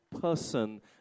person